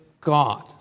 God